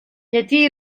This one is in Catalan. llatí